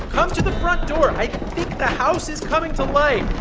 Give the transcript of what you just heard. come to the front door. i think the house is coming to life.